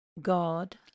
God